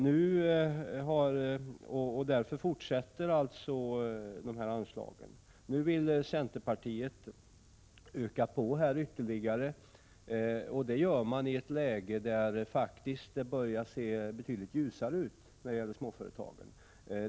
Dessa anslag har vi fortfarande kvar. Nu vill centerpartiet öka dem ytterligare, detta i ett läge när det faktiskt börjar se betydligt ljusare ut för småhusföretagen.